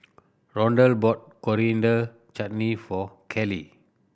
Rondal bought Coriander Chutney for Carley